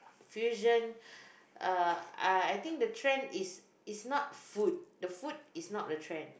fusion uh I I think the trend is is not food the food is not the trend